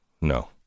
No